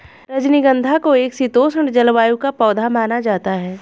रजनीगंधा को एक शीतोष्ण जलवायु का पौधा माना जाता है